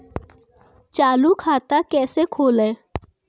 चालू खाता कैसे खोलें?